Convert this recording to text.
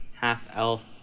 half-elf